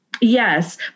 Yes